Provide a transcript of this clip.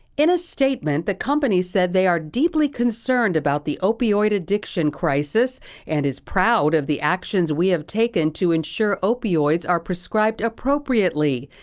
in a statement, the company said they are deeply concerned about the opioid addiction crisis and is proud of the actions we have taken to ensure opioids are prescribed appropriately.